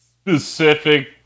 specific